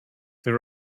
they